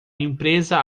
empresa